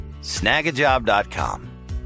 Snagajob.com